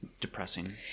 depressing